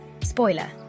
Spoiler